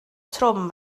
trwm